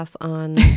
on